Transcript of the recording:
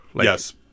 yes